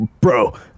Bro